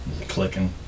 Clicking